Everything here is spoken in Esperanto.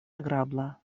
agrabla